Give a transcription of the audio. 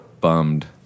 bummed